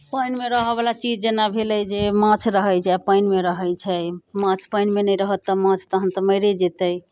पानिमे रहयवला चीज जेना भेलै जे माछ रहैत छै पानिमे रहैत छै माछ पानिमे नहि रहत तऽ माछ तखन तऽ मरिए जेतै